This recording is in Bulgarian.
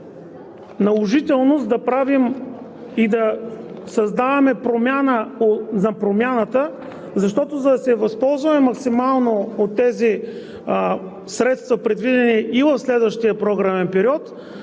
наложителност да правим и да създаваме промяна на промяната, защото, за да се възползваме максимално от тези средства, предвидени и в следващия програмен период,